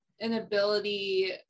inability